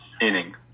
inning